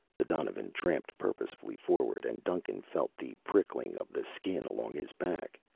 the donovan tramped purposefully forward and duncan felt the prickling of the skin along his back.